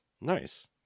Nice